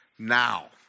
Now